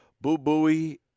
Boo-Booey